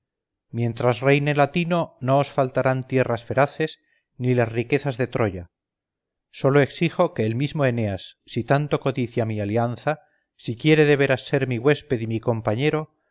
mientras reine latino no os faltarán tierras feraces ni las riquezas de troya sólo exijo que el mismo eneas si tanto codicia mi alianza si quiere de veras ser mi huésped y mi compañero